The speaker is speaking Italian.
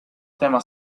tema